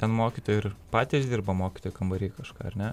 ten mokytojai ir patys dirba mokytojų kambary kažką ar ne